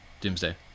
doomsday